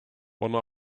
one